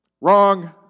Wrong